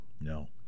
No